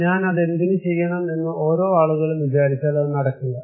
ഞാൻ അതെന്തിന് ചെയ്യണം എന്ന് ഓരോ ആളുകളും വിചാരിച്ചാൽ അത് നടക്കില്ല